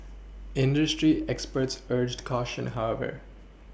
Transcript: industry experts urged caution however